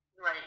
Right